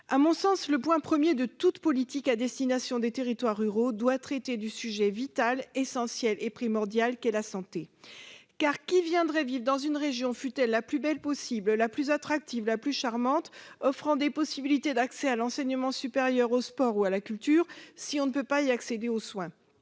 À mon sens, le point premier de toute politique à destination des territoires ruraux doit traiter du sujet vital, essentiel et primordial qu'est la santé. En effet, qui viendrait vivre dans une région, fût-elle la plus belle, la plus attractive, la plus charmante, offrant des possibilités d'accès à l'enseignement supérieur, au sport ou à la culture, s'il ne peut accéder aux soins ?